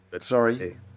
Sorry